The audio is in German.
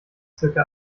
circa